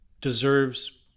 deserves